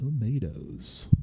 Tomatoes